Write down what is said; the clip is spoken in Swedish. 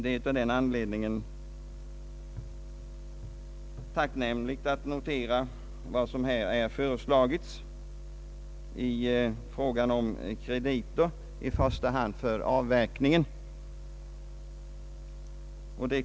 Det är av den anledningen dubbelt tack nämligt att notera vad som här har föreslagits i fråga om krediter, i första hand för avverkningen.